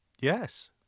Yes